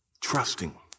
trusting